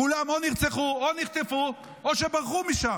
כולם או נרצחו או נחטפו או שברחו משם.